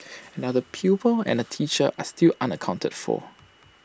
another pupil and A teacher are still unaccounted for